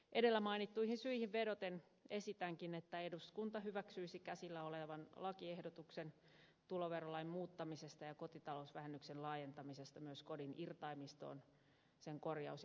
edellä mainittuihin syihin vedoten esitänkin että eduskunta hyväksyisi käsillä olevan lakiehdotuksen tuloverolain muuttamisesta ja kotita lousvähennyksen laajentamisesta myös kodin irtaimistoon sen korjaus ja huoltotöihin